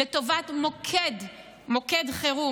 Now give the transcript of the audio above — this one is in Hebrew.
לטובת מוקד חירום,